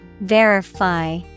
Verify